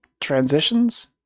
transitions